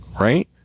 right